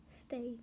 stay